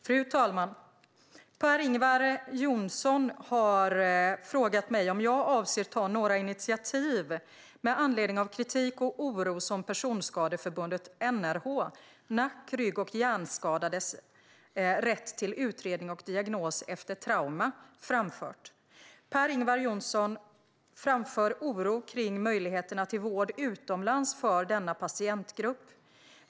Fru talman! Per-Ingvar Johnsson har frågat mig om jag avser att ta några initiativ med anledning av kritik och oro som personskadeförbundet NRH, Nack-, Rygg och Hjärnskadades rätt till utredningar och diagnos efter trauma, har framfört. Per-Ingvar Johnsson framför oro kring möjligheterna till vård utomlands för denna patientgrupp.